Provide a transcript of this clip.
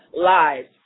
lives